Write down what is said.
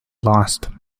lost